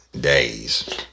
days